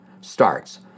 starts